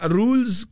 rules